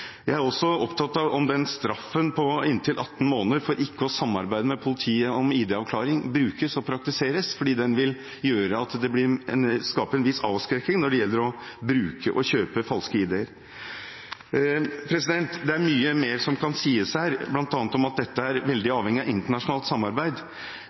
Jeg er også opptatt av om straffen på inntil 18 måneder for ikke å samarbeide med politiet om id-avklaring brukes og praktiseres, for den vil skape en viss avskrekking når det gjelder å bruke og kjøpe falske id-er. Det er mye mer som kan sies her, bl.a. om at dette er veldig